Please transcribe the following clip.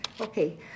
Okay